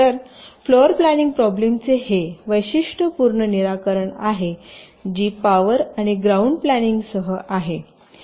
तरफ्लोअर planning problem चे हे वैशिष्ट्यपूर्ण निराकरण आहे जी पॉवर आणि ग्राउंड प्लॅनिंगसह आहे